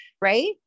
Right